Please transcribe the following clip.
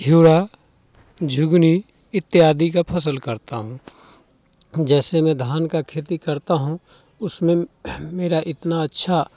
घिउवा झुगनी इत्यादि का फसल करता हूँ जैसे मैं धान का खेती करता हूँ उसमें मेरा इतना अच्छा